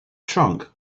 trunk